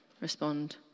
respond